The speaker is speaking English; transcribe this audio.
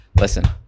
Listen